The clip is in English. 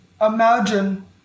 imagine